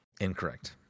Incorrect